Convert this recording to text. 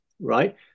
right